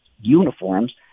uniforms